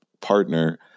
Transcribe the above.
partner